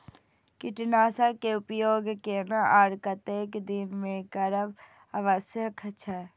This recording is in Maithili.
कीटनाशक के उपयोग केना आर कतेक दिन में करब आवश्यक छै?